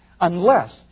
unless